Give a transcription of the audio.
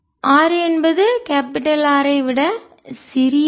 r என்பது capital R ஐ விட சிறியது